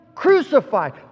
Crucified